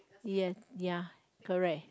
yes ya correct